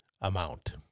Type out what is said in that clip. amount